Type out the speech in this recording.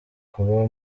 kuba